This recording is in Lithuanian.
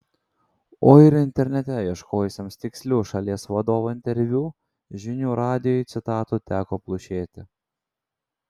o ir internete ieškojusiems tikslių šalies vadovo interviu žinių radijui citatų teko plušėti